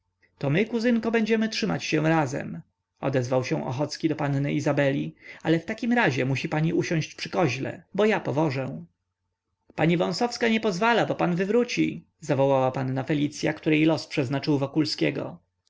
to my kuzynko będziemy trzymać się razem odezwał się ochocki do panny izabeli ale w takim razie musi pani siąść przy koźle bo ja powożę pani wąsowska nie pozwala bo pan wywróci zawołała panna felicya której los przeznaczył wokulskiego